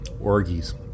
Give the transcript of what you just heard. Orgies